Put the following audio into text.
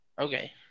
Okay